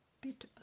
bit